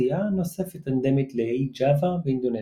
ואוכלוסייה נוספת אנדמית לאי ג'אווה שבאינדונזיה.